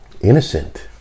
Innocent